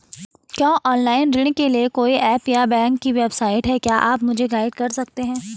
क्या ऑनलाइन ऋण के लिए कोई ऐप या बैंक की वेबसाइट है क्या आप मुझे गाइड कर सकते हैं?